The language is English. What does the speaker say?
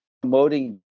promoting